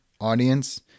audience